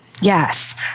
Yes